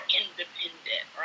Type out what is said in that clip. independent